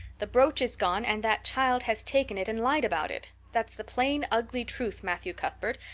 the brooch is gone and that child has taken it and lied about it. that's the plain, ugly truth, matthew cuthbert,